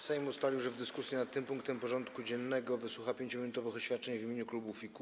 Sejm ustalił, że w dyskusji nad tym punktem porządku dziennego wysłucha 5-minutowych oświadczeń w imieniu klubów i kół.